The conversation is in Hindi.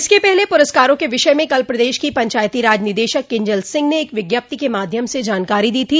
इसके पहले पुरस्कारों के विषय में कल प्रदेश की पंचायतीराज निदेशक किंजल सिंह ने एक विज्ञप्ति के माध्यम से जानकारी दी थी